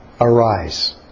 arise